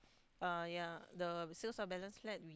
uh ya the sales of balance flat we